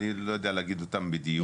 אני לא יודע להגיד אותם בדיוק,